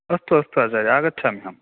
अस्तु अस्तु आचार्य आगच्छाम्यहं